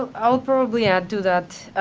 ah i'll probably add to that